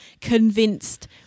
convinced